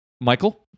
Michael